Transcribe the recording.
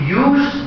use